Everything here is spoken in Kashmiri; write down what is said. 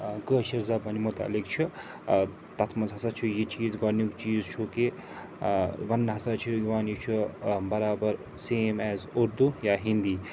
کٲشٕر زبانہِ مُتعلِق چھُ تَتھ منٛز ہَسا چھُ یہِ چیٖز گۄڈٕنیُک چیٖز چھُو کہِ وَنٛنہٕ ہسا چھُو یِوان یہِ چھُ بَرابر سیم ایز اُردو یا ہِنٛدی